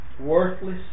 worthless